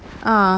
ah